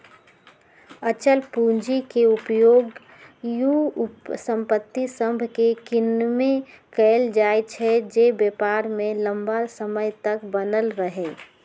अचल पूंजी के उपयोग उ संपत्ति सभके किनेमें कएल जाइ छइ जे व्यापार में लम्मा समय तक बनल रहइ